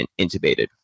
intubated